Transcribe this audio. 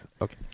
Okay